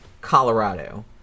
Colorado